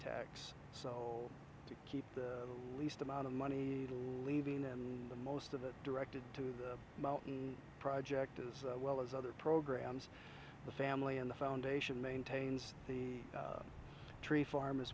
tax so to keep the least amount of money leaving in the most of it directed to the mountain project as well as other programs the family in the foundation maintains the tree farm as